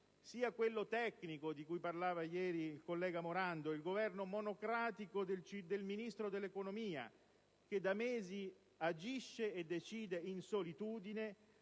sia quello tecnico (di cui parlava ieri il collega Morando), il Governo monocratico del Ministro dell'economia, che da mesi agisce e decide in solitudine,